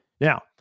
Now